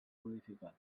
modificar